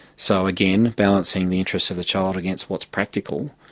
so again, balancing the interests of the child against what's practical,